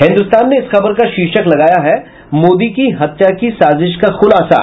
हिन्दुस्तान ने इस खबर का शीर्षक लगाया है मोदी की हत्या की साजिश का खुलासा